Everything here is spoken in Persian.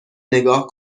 نگاه